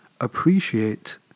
appreciate